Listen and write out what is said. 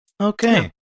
okay